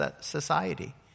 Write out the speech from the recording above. society